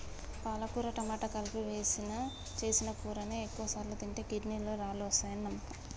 పాలకుర టమాట కలిపి సేసిన కూరని ఎక్కువసార్లు తింటే కిడ్నీలలో రాళ్ళు వస్తాయని నమ్మకం